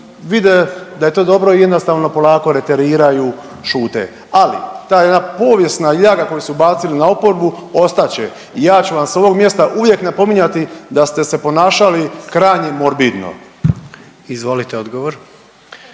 vide da je to dobro i jednostavno polako reteriraju, šute. Ali ta jedna povijesna ljaga koju su bacili na oporbu ostat će i ja ću vam s ovog mjesta uvijek napominjati da ste se ponašali krajnje morbidno. **Jandroković,